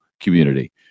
community